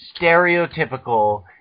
stereotypical